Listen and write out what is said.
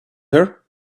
her